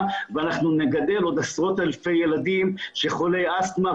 ואנחנו נגדל עוד עשרות אלפי ילדים שהם חולי אסטמה,